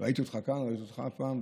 ראיתי אותך כאן, ראיתי אותך כאן.